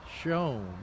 shown